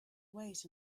wait